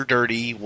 Dirty